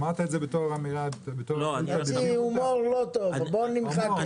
זה הומור לא טוב, בואו נמחק את זה.